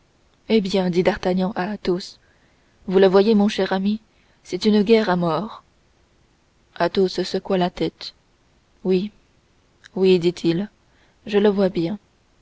eh bien dit d'artagnan à athos vous le voyez cher ami c'est une guerre à mort athos secoua la tête oui oui dit-il je le vois bien